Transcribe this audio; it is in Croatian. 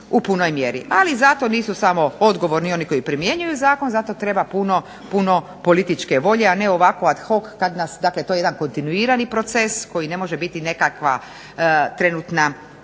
u punoj mjeri. Ali zato nisu odgovorni samo oni koji primjenjuju zakon, zato treba puno političke volje, a ne ovako ad hoc. Dakle to je jedan kontinuirani proces koji ne može biti nekakva trenutna